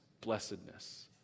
blessedness